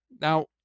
Now